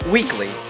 Weekly